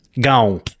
gone